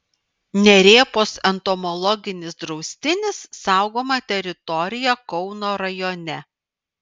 nerėpos entomologinis draustinis saugoma teritorija kauno rajone